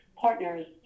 partners